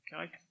Okay